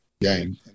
game